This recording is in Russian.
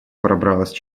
пробралась